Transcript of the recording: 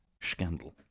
Scandal